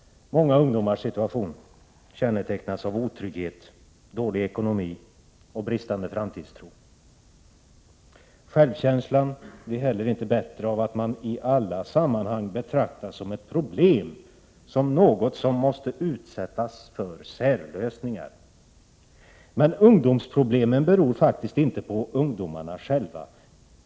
Många ungdomars situation kännetecknas av otrygghet, dålig ekonomi och bristande framtidstro. Självkänslan blir heller inte bättre av att man i alla sammanhang betraktas som ett problem, som någon som måste utsättas för särlösningar. Men ”ungdomsproblemen” beror faktiskt inte på ungdomarna själva.